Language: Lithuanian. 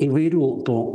įvairių tų